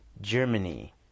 Germany